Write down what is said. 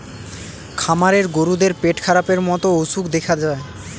খামারের গরুদের পেটখারাপের মতো অসুখ দেখা যায়